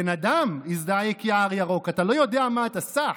בן אדם, הזדעק יער ירוק, אתה לא יודע מה אתה סח.